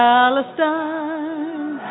Palestine